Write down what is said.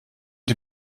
die